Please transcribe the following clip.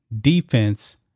defense